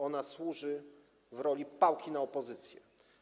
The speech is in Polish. Ona służy w roli pałki na opozycję.